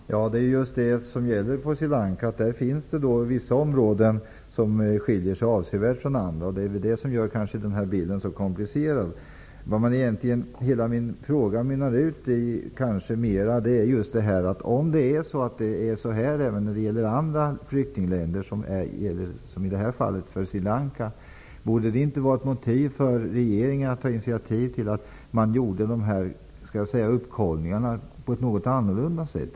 Fru talman! Det är just detta som gäller på Sri Lanka. Vissa områden skiljer sig avsevärt från andra. Det är väl det som gör bilden så komplicerad. Vad min fråga mynnar ut i är följande. Om det är på detta sätt även i andra flyktingländer, borde det då inte vara ett motiv för regeringen att ta initiativ till att göra kontroller på ett något annorlunda sätt?